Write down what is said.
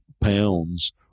pounds